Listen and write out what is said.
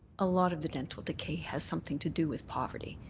a lot of the dental decay has something to do with poverty,